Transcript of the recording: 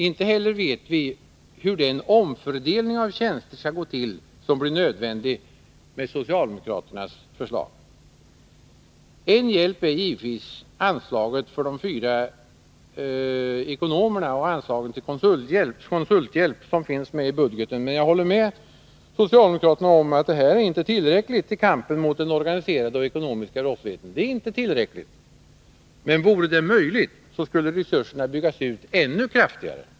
Inte heller vet vi hur den omfördelning av tjänster som blir nödvändig med socialdemokraternas förslag skall gå till. En hjälp är givetvis anslaget för de fyra ekonomerna och anslagen till konsulthjälp, som finns med i budgeten. Men jag håller med socialdemokraterna om att det här inte är tillräckligt i kampen mot den organiserade och ekonomiska brottsligheten. Vore det möjligt, skulle resurserna byggas ut ännu kraftigare.